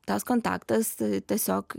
tas kontaktas tiesiog